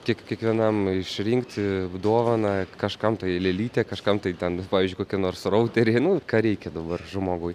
tik kiekvienam išrinkti dovaną kažkam tai lėlytė kažkam tai ten pavyzdžiui kokia nors rauterį nu ką reikia dabar žmogui